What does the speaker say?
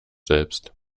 selbst